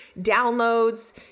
downloads